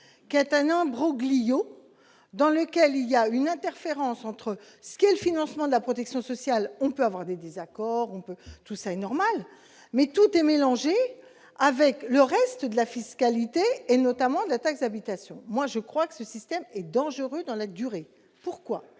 qui est un ambroglio dans lequel il y a une interférence entre ce qu'est le financement de la protection sociale, on peut avoir des désaccords, on peut tout ça est normal, mais tout est mélangé avec le reste de la fiscalité et notamment de la taxe d'habitation, moi je crois que ce système est dangereuse dans la durée, pourquoi,